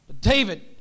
David